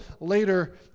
later